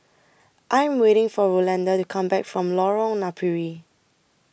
I Am waiting For Rolanda to Come Back from Lorong Napiri